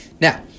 Now